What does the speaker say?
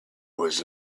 was